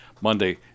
Monday